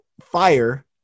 fire